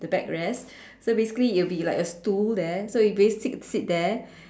the backrest so basically it'll be like a stool there so you basically sit there